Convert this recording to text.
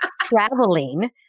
traveling